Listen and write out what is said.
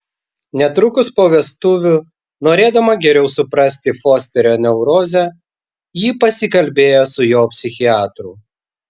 netrukus po vestuvių norėdama geriau suprasti fosterio neurozę ji pasikalbėjo su jo psichiatru